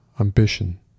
ambition